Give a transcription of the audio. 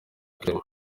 clement